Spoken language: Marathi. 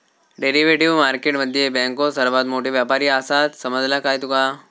डेरिव्हेटिव्ह मार्केट मध्ये बँको सर्वात मोठे व्यापारी आसात, समजला काय तुका?